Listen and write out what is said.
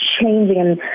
changing